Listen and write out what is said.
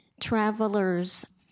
travelers